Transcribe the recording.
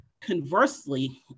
Conversely